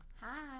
Hi